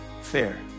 fair